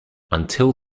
until